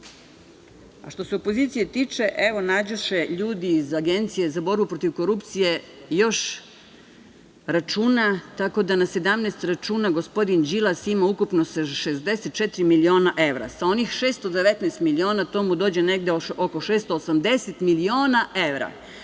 se opozicije tiče, evo nađoše ljudi iz Agencije za borbu protiv korupcije još računa, tako da na 17 računa gospodin Đilas ima ukupno sa 64 miliona evra. Sa onih 619 miliona, to mu dođe negde oko 680 miliona evra.